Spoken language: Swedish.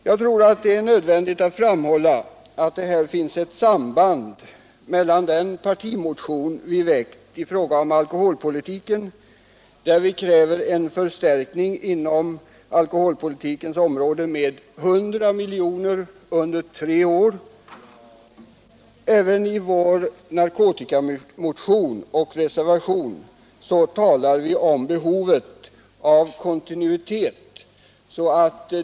Jag tror att det är nödvändigt att framhålla att här finns ett samband med den partimotion som vi väckt i fråga om alkoholpolitiken och vari vi kräver en förstärkning på alkoholpolitikens område med 100 milj.kr. under tre år. I vår narkotikamotion och därav föranledda reservation talar vi om behovet av kontinuitet.